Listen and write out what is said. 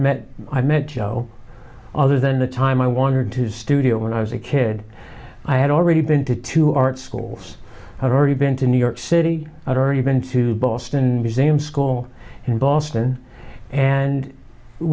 met i met joe other than the time i wanted his studio when i was a kid i had already been to two art schools had already been to new york city i'd already been to boston resume school in boston and